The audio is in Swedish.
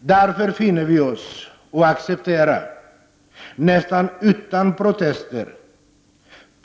Därför finner vi oss i och accepterar nästan utan protester